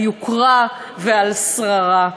על יוקרה ועל שררה.